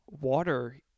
water